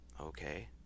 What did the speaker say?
Okay